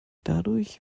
dadurch